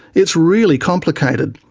it's really complicated.